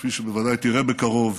כפי שבוודאי תראה בקרוב,